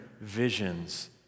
visions